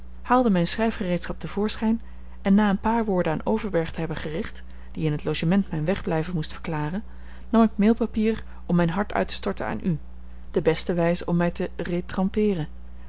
haalde mijn schrijfgereedschap te voorschijn en na een paar woorden aan overberg te hebben gericht die in het logement mijn wegblijven moest verklaren nam ik mailpapier om mijn hart uit te storten aan u de beste wijze om mij te retrempeeren